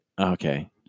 Okay